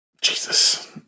Jesus